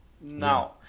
now